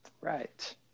Right